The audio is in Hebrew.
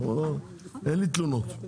אין לי תלונות.